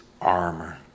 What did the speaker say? armor